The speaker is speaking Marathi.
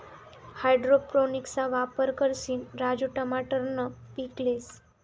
हाइड्रोपोनिक्सना वापर करिसन राजू टमाटरनं पीक लेस